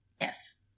Yes